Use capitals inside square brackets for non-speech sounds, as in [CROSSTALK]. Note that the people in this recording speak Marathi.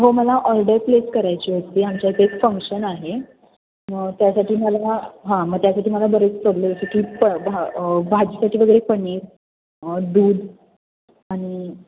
हो मला ऑर्डर प्लेस करायची होती आमच्या इथे एक फंक्शन आहे मग त्यासाठी मला हां मग त्यासाठी मला बरेच [UNINTELLIGIBLE] भाजीसाठी वगैरे पनीर दूध आणि